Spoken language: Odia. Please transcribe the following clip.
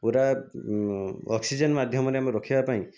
ପୂରା ଅକ୍ସିଜେନ ମାଧ୍ୟମରେ ଆମେ ରଖିବା ପାଇଁ